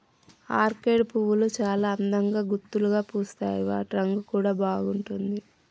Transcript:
orchid పువ్వులు చాల అందంగా గుత్తులుగా పూస్తాయి వాటి రంగు కూడా బాగుంటుంది